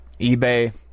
eBay